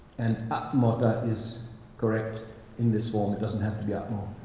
and utmotta is correct in this form. it doesn't have to be utmotta